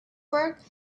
work